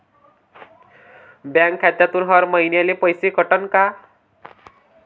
Bank खात्यातून हर महिन्याले पैसे कटन का?